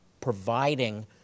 providing